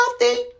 healthy